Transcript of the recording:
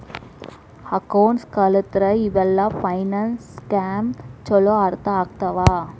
accounts ಕಲತ್ರ ಇವೆಲ್ಲ finance scheme ಚೊಲೋ ಅರ್ಥ ಆಗ್ತವಾ